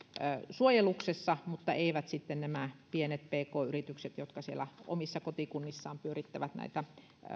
suojeluksessa mutta eivät sitten nämä pienet pk yritykset jotka siellä omissa kotikunnissaan pyörittävät näitä